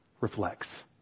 reflects